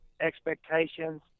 expectations